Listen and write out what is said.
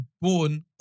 born